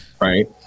right